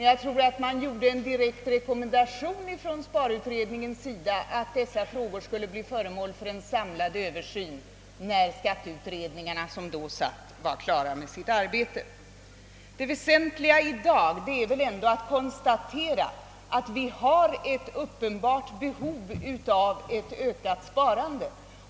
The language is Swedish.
Jag tror t.o.m. att sparutredningen lämnade en direkt rekommendation att dessa frågor skulle göras till föremål för en samlad översyn när de skatteutredningar som då pågick var klara med sitt arbete. Det väsentliga är väl att vi i dag kan konstatera ett uppenbart behov av ökat sparande.